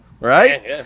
Right